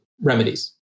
remedies